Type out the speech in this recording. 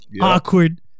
awkward